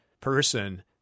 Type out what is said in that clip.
person